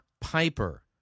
Piper